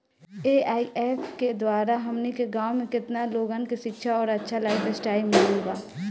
AIF के द्वारा हमनी के गांव में केतना लोगन के शिक्षा और अच्छा लाइफस्टाइल मिलल बा